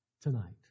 tonight